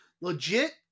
legit